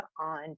on